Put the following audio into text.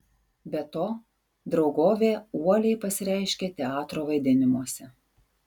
be to draugovė uoliai pasireiškė teatro vaidinimuose